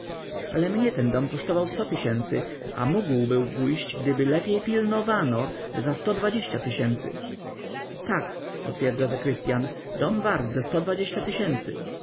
ale mnie ten dom kosztował sto tysięcy a mógł był pójść gdyby lepiej pil-no-wa-no za sto dwadzieścia tysięcy tak potwierdza zakrystyan dom wart ze sto dwadzieścia tysięcy